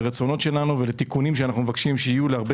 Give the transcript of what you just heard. לרצונות שלנו ולתיקונים שאנחנו מבקשים להרבה